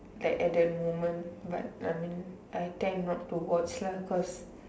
that at the moment but I mean I tend not to watch lah cause